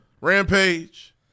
Rampage